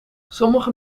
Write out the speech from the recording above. sommige